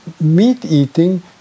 meat-eating